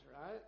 right